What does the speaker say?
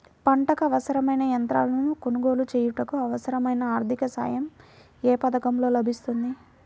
పంటకు అవసరమైన యంత్రాలను కొనగోలు చేయుటకు, అవసరమైన ఆర్థిక సాయం యే పథకంలో లభిస్తుంది?